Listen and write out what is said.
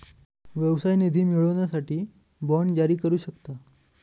व्यवसाय निधी मिळवण्यासाठी बाँड जारी करू शकता